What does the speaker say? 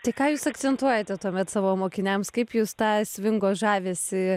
tai ką jūs akcentuojate tuomet savo mokiniams kaip jūs tą svingo žavesį